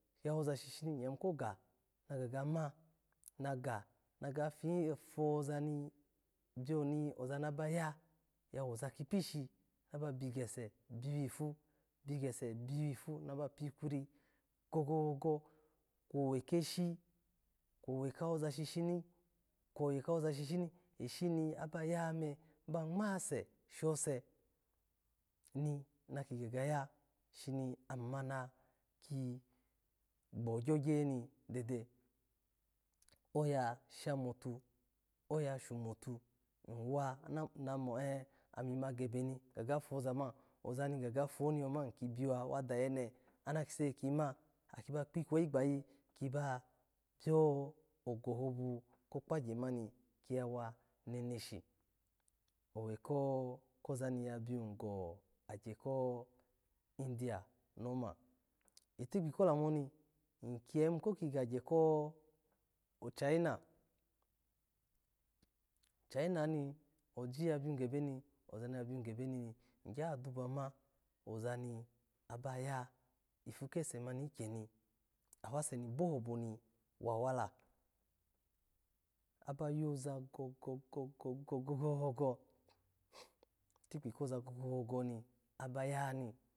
Ya woza shishiri iya yiru koga kama, naga gafa ye, foza ni inyo ni oza na baya ozakipishi bigese biwi pu, bigesu biwipu na ba pikuciri gogo-gogo kwowe keshi, kwowe ka woza shishini, kwowe ka woza ni shishin, eshina ba yame ba ngmase shoes ni maki ga gaya shimi, ami ma naki gbogyogye ni dede, oya shamitu, aya shomotu, iwa mamo namo he amima gubeni ga gafoza ma, oza ni ga gafo mi yuma iki biwa wamayene, ana ki sake kima, aki bagbikweyi bagyi kiba gyo ogohobo kokpagye mani, kyiyawa meneshi, oweko koza ni ya bi go agye kidiya ni oma, itikpi ko lamu eni, iki yayaimu koki gagye koochayina, ochayina ni oji ya biyo gehe ni, oza ni ya biyo gebeni igyo ya dotama, oza ni abaya ifu kese mani igyeni, awese ni bohobo ni wa, wala, aba yoza gogo-gogo-gogo tikpi koza gogo-gogo ana bayani.